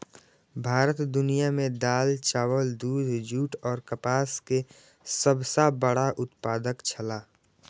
भारत दुनिया में दाल, चावल, दूध, जूट और कपास के सब सॉ बड़ा उत्पादक छला